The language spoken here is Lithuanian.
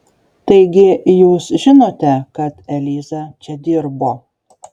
taigi jūs žinote kad eliza čia dirbo